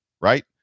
right